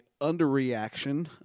underreaction